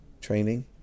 training